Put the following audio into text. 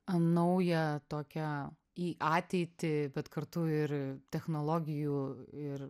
naują tokią į ateitį bet kartu ir technologijų ir